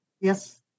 Yes